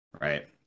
right